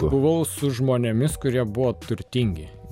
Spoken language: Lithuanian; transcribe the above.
buvau su žmonėmis kurie buvo turtingi